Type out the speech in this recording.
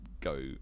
go